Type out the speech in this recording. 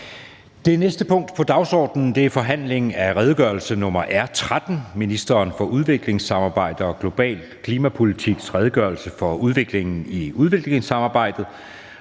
Det næste punkt på dagsordenen er: 18) Forhandling om redegørelse nr. R 13: Ministeren for udviklingssamarbejde og global klimapolitiks redegørelse for udviklingen i udviklingssamarbejdet.